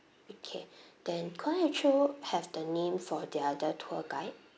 okay then could I actually have the name for the other tour guide